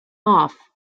off